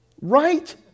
Right